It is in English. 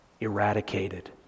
eradicated